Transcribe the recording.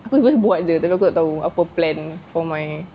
aku cuma buat aku tak tahu apa plan for my